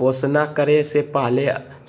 घोषणा करे से पहले